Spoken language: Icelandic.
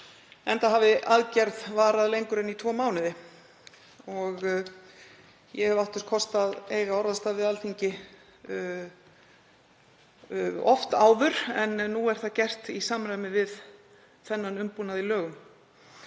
enda hafi aðgerð varað lengur en í tvo mánuði. Ég hef átt þess kost að eiga orðastað við Alþingi oft áður en nú er það gert í samræmi við þennan umbúnað í lögum.